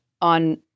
on